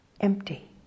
empty